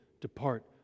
depart